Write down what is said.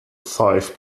five